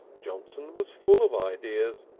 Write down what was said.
johnson was full of ideas.